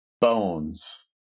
bones